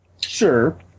Sure